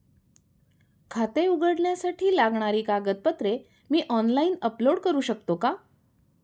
खाते उघडण्यासाठी लागणारी कागदपत्रे मी ऑनलाइन अपलोड करू शकतो का?